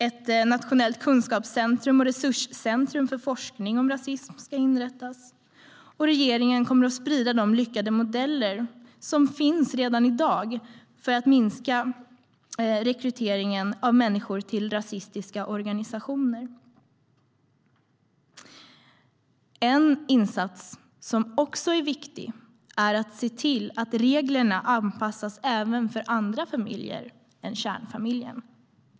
Ett nationellt kunskapscentrum och resurscentrum för forskning om rasism ska inrättas, och regeringen kommer att sprida de lyckade modeller som redan i dag finns för att minska rekryteringen av människor till rasistiska organisationer. En annan insats som är viktig är att se till att reglerna anpassas även till andra familjer än kärnfamiljen.